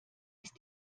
ist